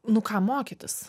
nu ką mokytis